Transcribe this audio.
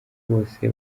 bose